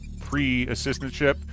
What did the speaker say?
pre-assistantship